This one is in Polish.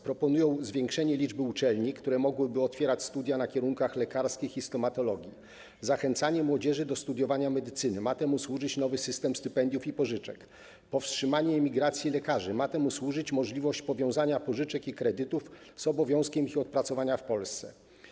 Proponują: zwiększenie liczby uczelni, które mogłyby otwierać studia na kierunkach lekarskich i stomatologii; zachęcanie młodzieży do studiowania medycyny, czemu ma służyć nowy system stypendiów i pożyczek; powstrzymanie emigracji lekarzy, czemu ma służyć możliwość powiązania pożyczek i kredytów z obowiązkiem ich odpracowania w Polsce.